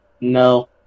No